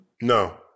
No